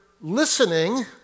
listening